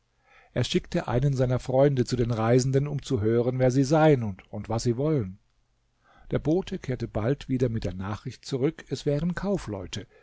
er schickte einen seiner freunde zu den reisenden um zu hören wer sie seien und was sie wollen der bote kehrte bald wieder mit der nachricht zurück es wären kaufleute